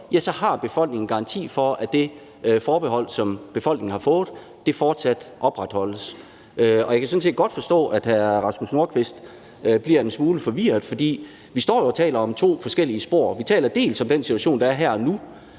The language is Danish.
ske, har befolkningen en garanti for, at det forbehold, som befolkningen har fået, fortsat opretholdes. Og jeg kan sådan set godt forstå, at hr. Rasmus Nordqvist bliver en smule forvirret, for vi står jo og taler om to forskellige spor. Det ene spor drejer sig om den situation, der er her nu,